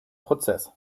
prozess